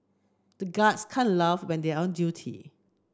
the guards can't laugh when they are on duty